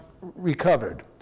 recovered